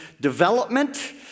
development